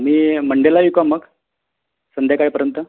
मी मंडेला येऊ का मग संध्याकाळपर्यंत